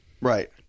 Right